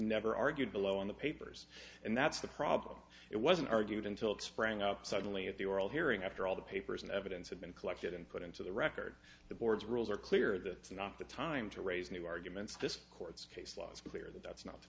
never argued below in the papers and that's the problem it wasn't argued until it sprang up suddenly at the world hearing after all the papers and evidence have been collected and put into the record the board's rules are clear that it's not the time to raise new arguments this court's case law it's clear that that's not the